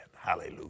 Hallelujah